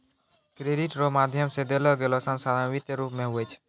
credit रो माध्यम से देलोगेलो संसाधन वित्तीय रूप मे हुवै छै